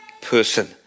person